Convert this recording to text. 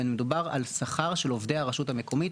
ומדובר על שכר של עובדי הרשות המקומית,